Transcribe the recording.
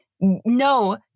No